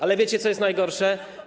Ale wiecie, co jest najgorsze?